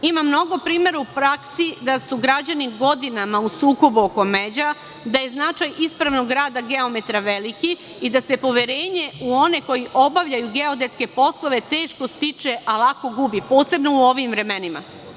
Imam mnogo primera u praksi da su građani godinama u sukobu oko međa, da je značaj ispravnog rada geometra veliki i da se poverenje u one koji obavljaju geodetske poslove teško stiče, a lako gubi, posebno u ovim vremenima.